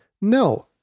No